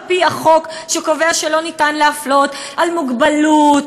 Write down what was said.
על-פי החוק שקובע שאין להפלות על מוגבלות,